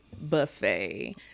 buffet